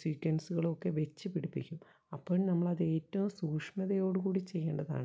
സ്വീക്വൻസുകളുമൊക്കെ വച്ച് പിടിപ്പിക്കും അപ്പം നമ്മൾ അതേറ്റവും സൂക്ഷ്മതയോടുകൂടി ചെയ്യേണ്ടതാണ്